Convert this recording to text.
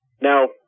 Now